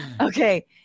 Okay